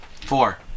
Four